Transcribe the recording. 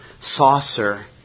saucer